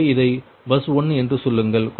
எனவே இதை பஸ் 1 என்று சொல்லுங்கள்